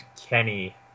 Kenny